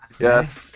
Yes